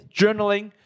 journaling